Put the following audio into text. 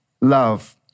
love